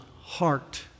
heart